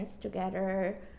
together